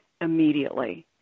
immediately